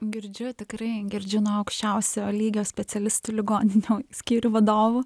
girdžiu tikrai girdžiu nuo aukščiausio lygio specialistų ligoninių skyrių vadovų